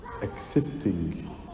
Accepting